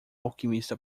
alquimista